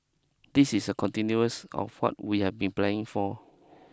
this is a continuous of what we had been planning for